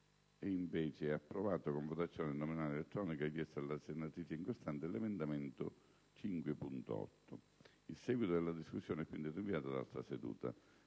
Grazie.